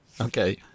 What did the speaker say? Okay